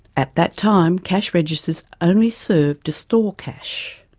at that time cash registers only served to store cash.